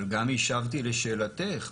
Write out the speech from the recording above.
אבל גם השבתי לשאלתך.